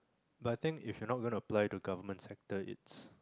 but think if you're not going to apply to government sector it's